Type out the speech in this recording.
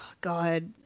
God